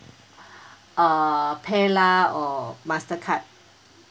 uh PayLah or mastercard